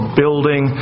building